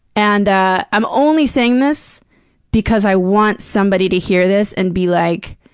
and i'm only saying this because i want somebody to hear this and be like,